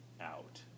out